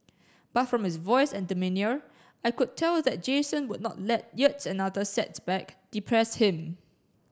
but from his voice and demeanour I could tell that Jason would not let yet another setback depress him